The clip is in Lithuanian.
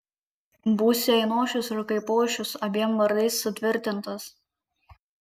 būsi ainošius ir kaipošius abiem vardais sutvirtintas